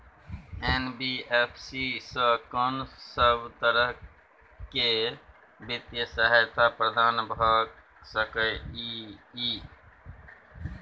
NBFC स कोन सब तरह के वित्तीय सहायता प्रदान भ सके इ? इ